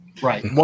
Right